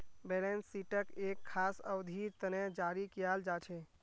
balance शीटक एक खास अवधिर तने जारी कियाल जा छे